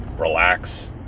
relax